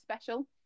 special